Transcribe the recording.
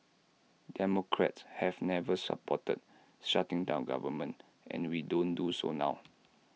democrats have never supported shutting down government and we don't do so now